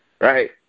right